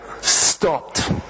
stopped